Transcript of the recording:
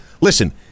Listen